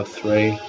Three